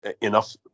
enough